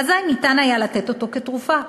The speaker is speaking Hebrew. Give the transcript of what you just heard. אזי ניתן היה לתת אותו כתרופה,